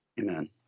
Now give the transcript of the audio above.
Amen